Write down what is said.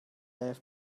have